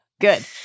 Good